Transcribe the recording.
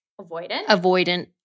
Avoidant